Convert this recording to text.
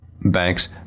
Banks